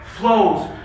flows